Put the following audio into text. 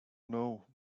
know